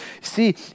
See